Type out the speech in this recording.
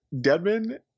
Deadman